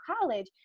college